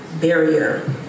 barrier